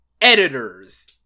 Editors